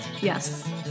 yes